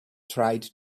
tried